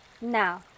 Now